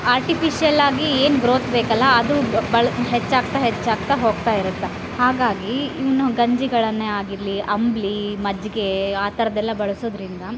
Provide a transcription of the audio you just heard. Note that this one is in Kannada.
ಆರ್ಟಿಫಿಶಿಯಲಾಗಿ ಏನು ಗ್ರೋಥ್ ಬೇಕಲ್ಲ ಅದು ಬಲ ಹೆಚ್ಚಾಗ್ತಾ ಹೆಚ್ಚಾಗ್ತಾ ಹೋಗ್ತಾ ಇರುತ್ತ ಹಾಗಾಗಿ ಇನ್ನು ಗಂಜಿಗಳನ್ನೇ ಆಗಿರಲಿ ಅಂಬಲಿ ಮಜ್ಗೆ ಆ ಥರದೆಲ್ಲ ಬಳಸೋದರಿಂದ